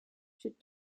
should